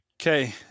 okay